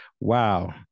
Wow